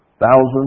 Thousands